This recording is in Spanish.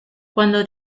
cuando